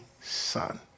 son